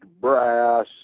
brass